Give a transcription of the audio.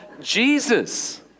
Jesus